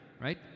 right